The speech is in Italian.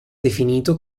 definito